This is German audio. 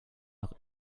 noch